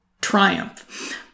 triumph